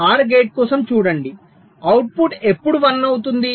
OR gate కోసం చూడండి output ఎప్పుడు 1 అవుతుంది